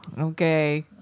Okay